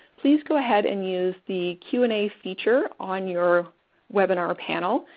please go ahead and use the q and a feature on your webinar panel,